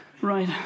right